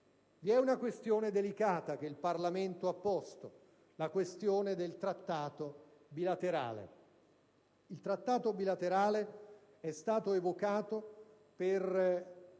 Vi è una questione delicata che il Parlamento ha posto, quella del Trattato bilaterale. Il Trattato bilaterale è stato evocato per